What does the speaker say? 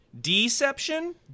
Deception